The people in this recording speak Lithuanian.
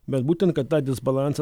bet būtent kad tą disbalansą